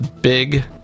big